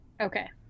Okay